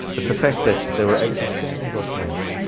but the fact that they were able to stand on god's promise,